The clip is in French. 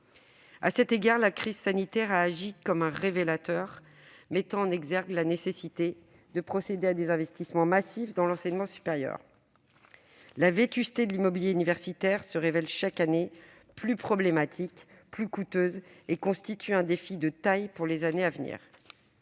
À cet égard, la crise sanitaire, qui a agi comme un révélateur, a mis en exergue la nécessité de procéder à des investissements massifs dans l'enseignement supérieur. La vétusté de l'immobilier universitaire se révèle, chaque année, plus problématique et plus coûteuse. Elle constitue un défi de taille pour les années à venir.